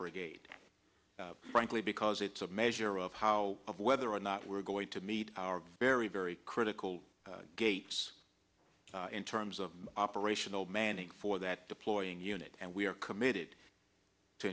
brigade frankly because it's a measure of how of whether or not we're going to meet our very very critical gates in terms of operational mandate for that deploying unit and we are committed to